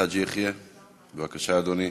חאג' יחיא, בבקשה, אדוני.